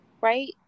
right